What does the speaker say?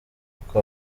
kuko